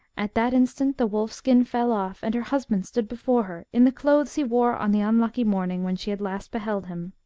at that instant the wolf-skin fell off, and her husband stood before her in the clothes he wore on the unlucky morning when she had last beheld him.